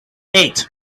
eight